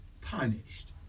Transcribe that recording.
punished